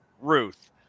Ruth